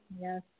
Yes